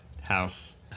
house